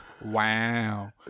wow